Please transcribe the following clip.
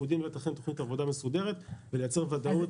אנחנו יודעים לתכנן תוכנית עבודה מסודרת ולייצר ודאות.